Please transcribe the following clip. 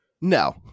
no